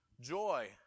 joy